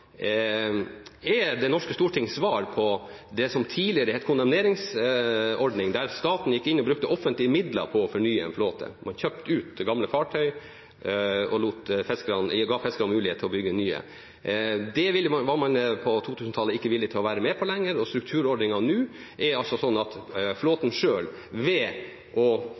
er det norske stortings svar på det som tidligere het kondemneringsordningen, der staten gikk inn og brukte offentlige midler på å fornye en flåte. Man kjøpte ut gamle fartøyer og ga fiskerne mulighet til å bygge nye. Det var man på 2000-tallet ikke villig til å være med på lenger. Strukturordningen nå er sånn at flåten selv, ved å